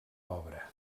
obra